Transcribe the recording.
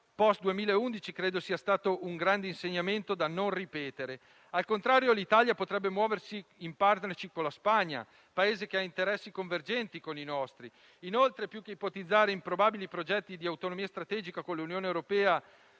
post 2011 credo rappresenti un grande insegnamento, da non ripetere. Al contrario, l'Italia potrebbe muoversi in *partnership* con la Spagna, un Paese che ha interessi convergenti con i nostri. Inoltre, più che ipotizzare improbabili progetti di autonomia strategica con l'Unione europea